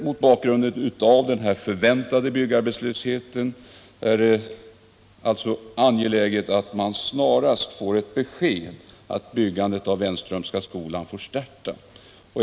Mot bakgrund av den här förväntade byggarbetslösheten är det alltså angeläget att man snarast får ett besked att byggandet av Wenströmska skolan får starta.